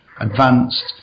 advanced